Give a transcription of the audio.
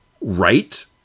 right